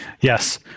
Yes